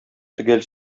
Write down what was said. төгәл